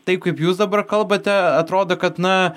taip kaip jūs dabar kalbate atrodo kad na